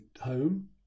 home